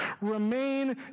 remain